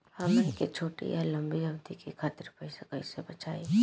हमन के छोटी या लंबी अवधि के खातिर पैसा कैसे बचाइब?